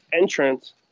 entrance